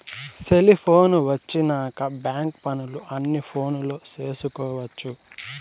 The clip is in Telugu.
సెలిపోను వచ్చినాక బ్యాంక్ పనులు అన్ని ఫోనులో చేసుకొవచ్చు